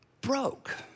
broke